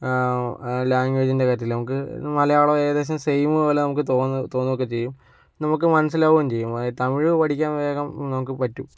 ലാംഗ്വേജിൻ്റെ കാര്യത്തില് നമുക്ക് മലയാളം ഏകദേശം സെയിം പോലെ നമുക്ക് തോന്നും തോന്നുമൊക്കെ ചെയ്യും നമുക്ക് മനസ്സിലാവുകയും ചെയ്യും തമിഴ് പഠിക്കാൻ വേഗം നമുക്ക് പറ്റും